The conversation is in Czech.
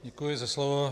Děkuji za slovo.